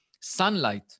sunlight